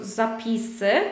zapisy